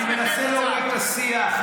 אני מנסה להוריד את השיח.